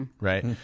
right